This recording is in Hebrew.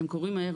הם קורים מהר,